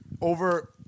over